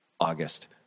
August